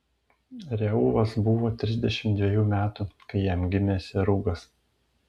reuvas buvo trisdešimt dvejų metų kai jam gimė serugas